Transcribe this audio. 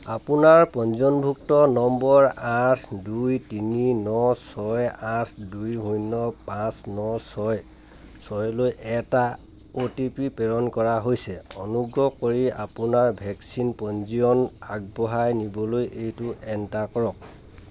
আপোনাৰ পঞ্জীয়নভুক্ত নম্বৰ আঠ দুই তিনি ন ছয় আঠ দুই শূন্য পাঁচ ন ছয় ছয়লৈ এটা অ' টি পি প্ৰেৰণ কৰা হৈছে অনুগ্ৰহ কৰি আপোনাৰ ভেকচিন পঞ্জীয়ন আগবঢ়াই নিবলৈ এইটো এণ্টাৰ কৰক